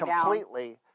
completely